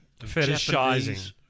Fetishizing